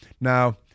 Now